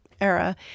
era